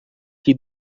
que